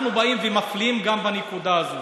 אנחנו באים ומפלים גם בנקודה הזו.